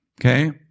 Okay